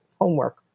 homework